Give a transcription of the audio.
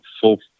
full